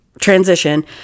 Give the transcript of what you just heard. transition